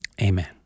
Amen